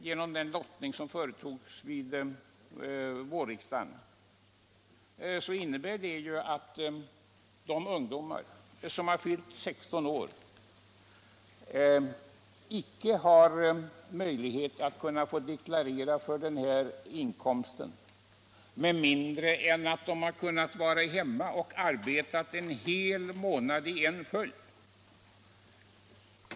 Det beslut som fattades av vårriksdagen genom lottning innebär ett system där ungdomar som har fyllt 16 år icke kan få deklarera för sin inkomst av arbete i föräldrarnas rörelse med mindre de har varit hemma och arbetat en hel månad i en följd.